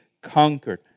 conquered